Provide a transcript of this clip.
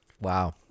Wow